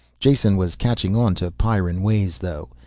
jason was catching on to pyrran ways though.